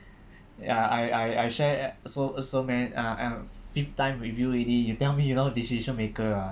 ya I I I share so so many uh uh fifth time with you already you tell me you not decision maker ah